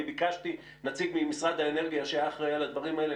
ביקשתי נציג ממשרד האנרגיה שהיה אחראי על הדברים האלה,